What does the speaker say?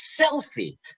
selfie